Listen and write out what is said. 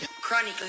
Chronic